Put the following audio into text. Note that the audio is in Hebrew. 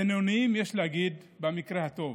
בינוניים, יש להגיד, במקרה הטוב.